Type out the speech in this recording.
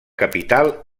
capital